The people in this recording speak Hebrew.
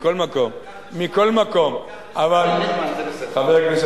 כך נשמעת, זה בסדר.